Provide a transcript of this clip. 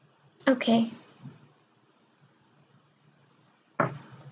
okay